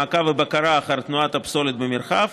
מעקב ובקרה אחר תנועת הפסולת במרחב.